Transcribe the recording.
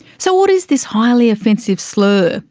so what is this highly offensive slur,